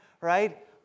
right